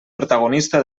protagonista